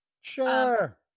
Sure